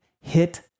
hit